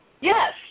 Yes